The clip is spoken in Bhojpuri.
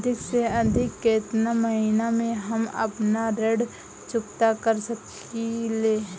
अधिक से अधिक केतना महीना में हम आपन ऋण चुकता कर सकी ले?